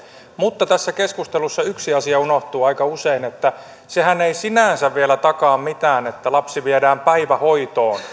mutta tässä keskustelussa yksi asia unohtuu aika usein sehän ei sinänsä vielä takaa mitään että lapsi viedään päivähoitoon